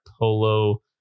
Polo